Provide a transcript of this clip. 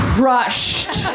crushed